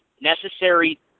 necessary